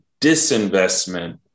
disinvestment